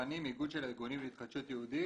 מ"פנים", איגוד של הארגונים להתחדשות יהודית.